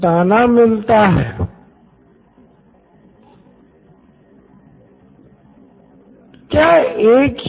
Nitin Kurian COO Knoin electronics जिसमे छात्र कई तरह के टूल्स का उपयोग और विकल्प का चुनाव कर सकते है जैसे एनिमेशन का उपयोग जो क्लास मे अध्यापक के द्वारा संभव नहीं है